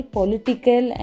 Political